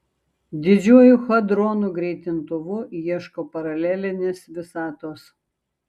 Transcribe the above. didžiuoju hadronų greitintuvu ieško paralelinės visatos